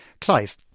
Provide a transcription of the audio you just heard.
Clive